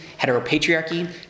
heteropatriarchy